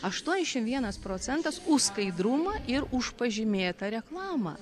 aštuoniasdešimt vienas procentas už skaidrumą ir už pažymėtą reklamą